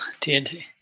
TNT